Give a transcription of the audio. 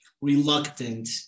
reluctant